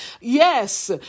Yes